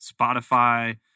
Spotify